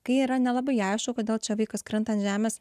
kai yra nelabai aišku kodėl čia vaikas krenta ant žemės